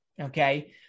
okay